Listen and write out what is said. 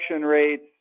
rates